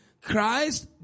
Christ